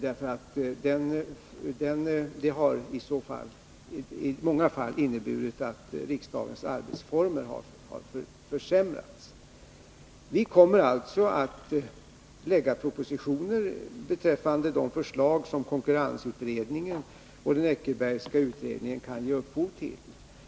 Det har i många fall inneburit att riksdagens arbetsformer har försämrats. Vi kommer att lägga fram propositioner beträffande de förslag som konkurrensutredningen och den Eckerbergska utredningen kan ge upphov till.